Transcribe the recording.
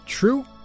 True